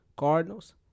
Cardinals